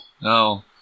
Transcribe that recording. No